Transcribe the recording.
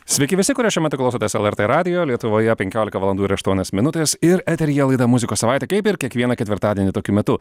sveiki visi kurie šiuo metu klausotės lrt radijo lietuvoje penkiolika valandų ir aštuonios minutės ir eteryje laida muzikos savaitė kaip ir kiekvieną ketvirtadienį tokiu metu